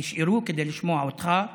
נשארו כדי לשמוע אותך ואותנו.